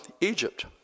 Egypt